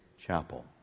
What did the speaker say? Chapel